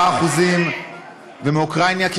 10% ומאוקראינה,